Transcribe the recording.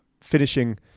finishing